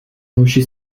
hoši